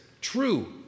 true